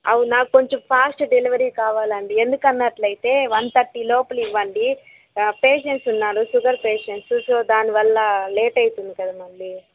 అవునా కొంచం fast delivery కావాలండీ ఎందుకన్నట్లైతే వన్ థర్టీ లోపుల ఇవ్వండి పేషెంట్స్ ఉన్నారు షుగర్ పేషెంట్స్ సో దాని వల్ల లేట్ అవుతుంది కదా మళ్ళీ